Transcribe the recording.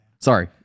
Sorry